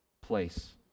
place